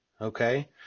Okay